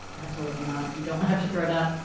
absolutely not! you don't have to throw it out.